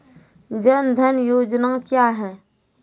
जन धन योजना क्या है?